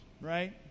right